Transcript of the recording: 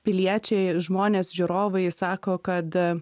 piliečiai žmonės žiūrovai sako kad